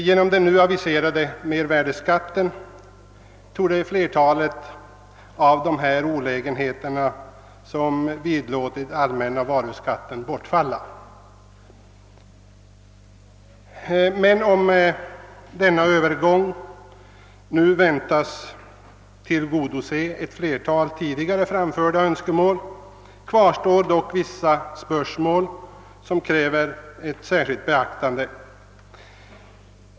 Genom den nu aviserade mervärdeskatten torde flertalet av de olä genheter som vidlådit den allmänna varuskatten bortfalla. Om en övergång till mervärdeskatt således förväntas tillgodose ett flertal tidigare framförda önskemål kvarstår dock vissa spörsmål som kräver särskilt beaktande.